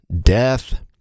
death